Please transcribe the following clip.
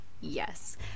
yes